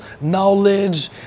knowledge